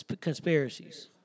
conspiracies